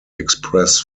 express